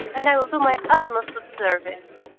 and i will do my utmost to deserve it